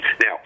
Now